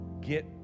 get